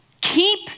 Keep